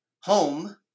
home